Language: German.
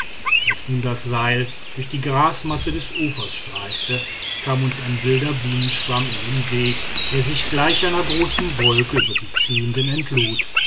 als nun das seil durch die grasmasse des ufers streifte kam uns ein wilder bienenschwarm in den weg der sich gleich einer großen wolke über die ziehenden